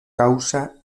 causa